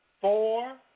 Four